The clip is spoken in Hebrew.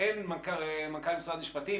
אין מנכ"ל משרד משפטים,